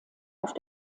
auf